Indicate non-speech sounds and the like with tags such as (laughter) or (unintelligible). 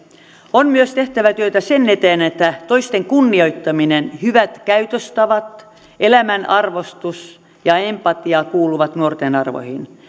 on myös tehtävä työtä sen eteen että toisten kunnioittaminen hyvät käytöstavat elämän arvostus ja empatia kuuluvat nuorten arvoihin (unintelligible)